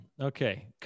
Okay